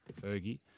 Fergie